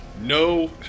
No